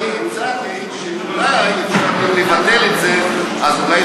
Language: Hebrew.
אני הגשתי הצעה והצעתי שאולי אפשר לבטל את זה ואולי